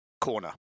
corner